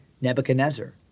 Nebuchadnezzar